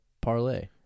parlay